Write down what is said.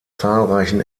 zahlreichen